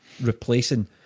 Replacing